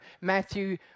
Matthew